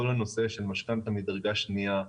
כל הנושא של משכנתא מדרגה שנייה,